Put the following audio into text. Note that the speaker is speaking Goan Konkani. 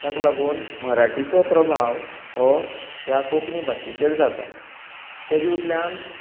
ताका लागून मराठीचो प्रभाव हो ह्या कोंकणी भाशेचेर जाता तेजे उतल्यान